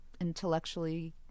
intellectually